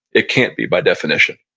it can't be by definition.